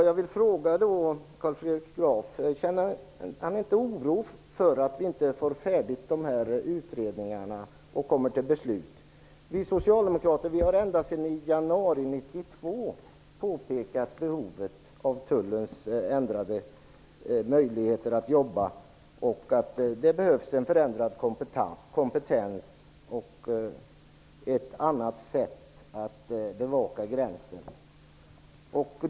Jag vill fråga Carl Fredrik Graf om han inte känner oro för att vi inte får utredningarna färdiga och kommer till beslut. Vi socialdemokrater har ända sedan januari 1992 påpekat behovet av ändrade möjligheter för Tullen att jobba och att det behövs en förändrad kompetens och ett annat sätt att bevaka gränsen.